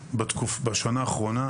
בשנה האחרונה,